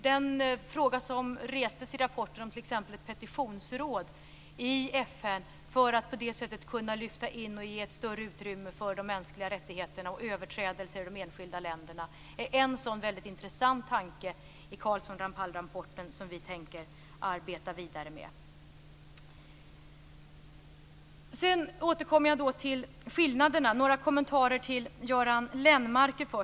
Den fråga som restes i rapporten om ett petitionsråd i FN för att på det sättet kunna lyfta in och ge ett större utrymme för de mänskliga rättigheterna och överträdelser i de enskilda länderna är en sådan väldigt intressant tanke i Carlsson-Ramphal-rapporten som vi tänker arbeta vidare med. Jag vill återkomma till skillnaderna här. Först har jag några kommentarer till Göran Lennmarker.